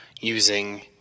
using